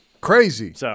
Crazy